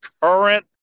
current